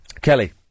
Kelly